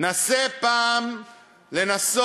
נסה פעם אחת